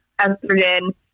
estrogen